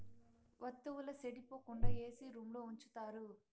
వత్తువుల సెడిపోకుండా ఏసీ రూంలో ఉంచుతారు